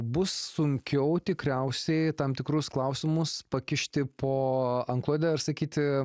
bus sunkiau tikriausiai tam tikrus klausimus pakišti po antklode ir sakyti